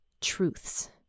truths